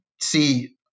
see